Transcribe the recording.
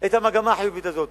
את המגמה החיובית הזאת.